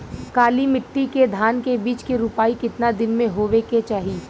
काली मिट्टी के धान के बिज के रूपाई कितना दिन मे होवे के चाही?